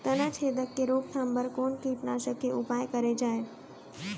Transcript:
तनाछेदक के रोकथाम बर कोन कीटनाशक के उपयोग करे जाये?